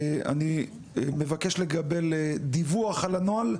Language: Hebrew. אני מבקש לקבל דיווח על הנוהל,